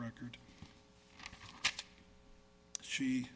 record she